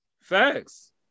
Facts